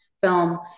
film